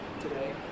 today